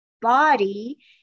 body